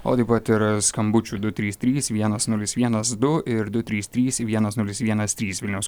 o taip pat ir skambučių du trys trys vienas nulis vienas du ir du trys trys vienas nulis vienas trys vilniaus